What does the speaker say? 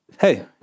hey